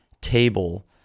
table